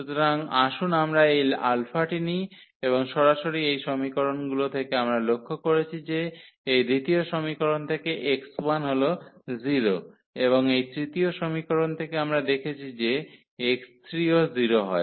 সুতরাং আসুন আমরা এই α টি নিই এবং সরাসরি এই সমীকরণগুলি থেকে আমরা লক্ষ্য করেছি যে এই দ্বিতীয় সমীকরণ থেকে x1 হল 0 এবং এই তৃতীয় সমীকরণ থেকে আমরা দেখছি যে x3 ও 0 হয়